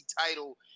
title